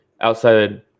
outside